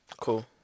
Cool